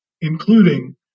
including